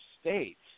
states